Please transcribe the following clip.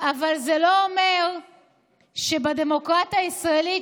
אבל זה לא אומר שבדמוקרטיה הישראלית,